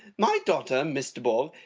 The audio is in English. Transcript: my daughter, miss de bourg,